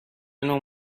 نوع